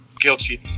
guilty